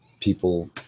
people